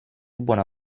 buona